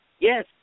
yes